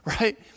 right